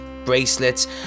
bracelets